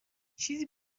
چیزی